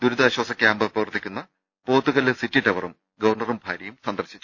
ദുരിതാശ്വാസ ക്യാമ്പ് പ്രവർത്തിക്കുന്ന പോത്ത്കല്ല് സിറ്റി ടവറും ഗവർണറും ഭാര്യയും സന്ദർശിച്ചു